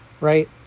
right